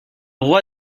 roi